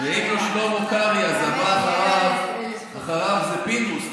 לכן, ואם לא שלמה קרעי אז הבא אחריו זה פינדרוס.